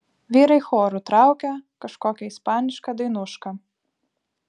vyrai choru traukė kažkokią ispanišką dainušką